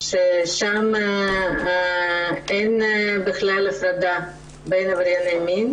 שם אין בכלל הפרדה בין עברייני מין